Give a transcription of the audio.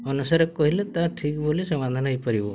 ଅନୁସାରେ କହିଲେ ତାହା ଠିକ୍ ବୋଲି ସମାଧାନ ହେଇପାରିବ